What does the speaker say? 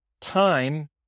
time